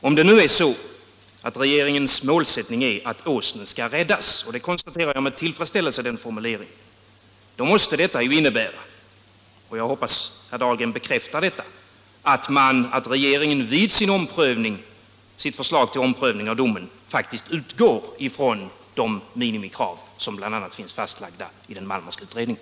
Om nu regeringens målsättning är att Åsnen skall räddas — och herr Dahlgrens formulering därvidlag noterar jag med tillfredsställelse — måste detta innebära, vilket jag hoppas herr Dahlgren bekräftar, att regeringen i sitt förslag till omprövning av domen faktiskt utgår från de minimikrav som bl.a. finns fastlagda i den Malmerska utredningen.